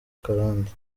akarande